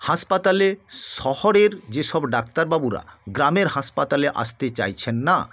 হাসপাতালে শহরের যেসব ডাক্তারবাবুরা গ্রামের হাসপাতালে আসতে চাইছেন না